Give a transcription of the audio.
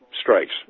strikes